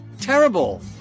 Terrible